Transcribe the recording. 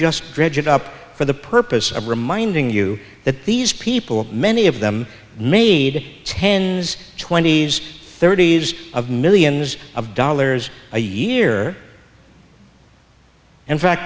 just dredge it up for the purpose of reminding you that these people many of them need tens twenties thirties of millions of dollars a year in fact